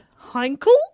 Heinkel